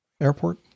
Airport